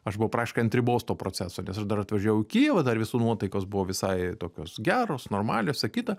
aš buvau praktiškai ant ribos to proceso nes aš dar atvažiavau į kijevą dar visų nuotaikos buvo visai tokios geros normalios visa kita